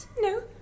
No